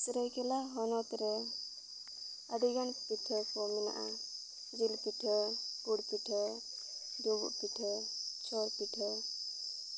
ᱥᱟᱹᱨᱟᱹᱭᱠᱮᱞᱞᱟ ᱦᱚᱱᱚᱛ ᱨᱮ ᱟᱹᱰᱤᱜᱟᱱ ᱯᱤᱴᱷᱟᱹ ᱠᱚ ᱢᱮᱱᱟᱜᱼᱟ ᱡᱤᱞ ᱯᱤᱴᱷᱟᱹ ᱜᱩᱲ ᱯᱤᱴᱷᱟᱹ ᱰᱩᱢᱵᱩᱜ ᱯᱤᱴᱷᱟᱹ ᱪᱷᱚᱨ ᱯᱤᱴᱷᱟᱹ